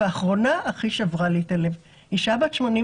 והאחרונה הכי שברה לי את הלב אישה בת 83